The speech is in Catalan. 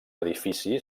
edifici